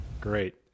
Great